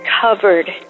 covered